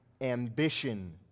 ambition